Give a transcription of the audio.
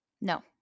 No